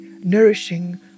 nourishing